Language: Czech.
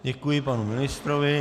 Děkuji panu ministrovi.